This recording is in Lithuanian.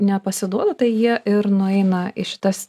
nepasiduoda tai jie ir nueina į šitas